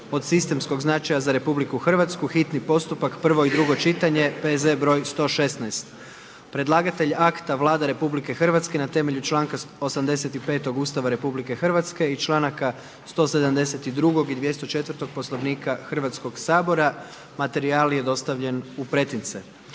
od sistemskog značaja za RH, hitni postupak, prvo i drugo čitanje, P.Z. broj 116. Predlagatelj akta Vlada RH na temelju članka 85. Ustava RH i članaka 172. i 204. Poslovnika Hrvatskog sabora. Materijal je dostavljen u pretince.